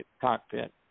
cockpit